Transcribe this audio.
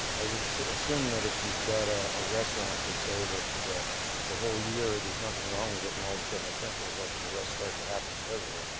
i would assume that if you've got ah a restaurant per se that the the whole year, there's nothing wrong with it and all of a sudden a tent goes up and arrests start to happen because of it,